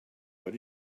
what